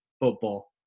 football